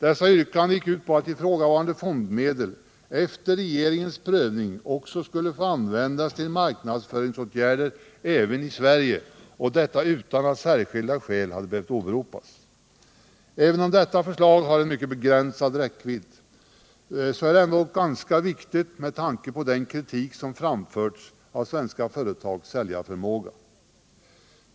Dessa yrkanden gick ut på att ifrågavarande fondmedel efter regeringens prövning också skulle få användas till marknadsföringsåtgärder även i Sverige, och detta utan att särskilda skäl hade behövt åberopas. Även om detta förslag har mycket begränsad räckvidd är det ändock ganska viktigt med tanke på den kritik som framförts av svenska företags säljarförmåga.